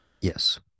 yes